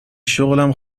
شغلم